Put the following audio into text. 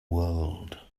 world